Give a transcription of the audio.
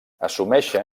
assumeixen